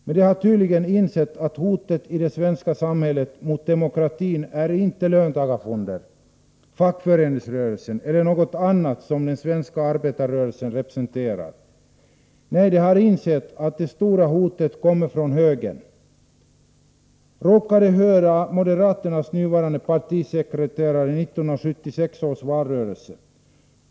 Men de har tydligen insett att hotet i det svenska samhället mot demokratin inte är löntagarfonder, fackföreningsrörelsen eller något annat som den svenska arbetarrörelsen representerar. Nej, de har insett att det stora hotet kommer från högern. Jag råkade höra moderaternas nuvarande partisekreterare i 1976 års valrörelse.